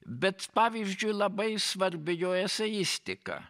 bet pavyzdžiui labai svarbi jo eseistika